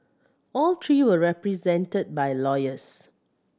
all three were represented by lawyers